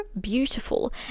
beautiful